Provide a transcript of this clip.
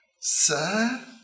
Sir